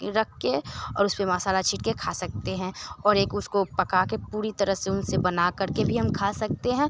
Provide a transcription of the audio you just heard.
रख के और उस पे मसाला के खा सकते हैं और एक उसको पका के पूरी तरह उनसे बनाकर के भी हम खा सकते हैं